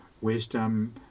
wisdom